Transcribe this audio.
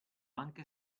anche